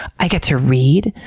i get to read,